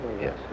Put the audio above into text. yes